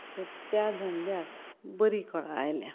so त्या धंद्याक बरी कला आयल्या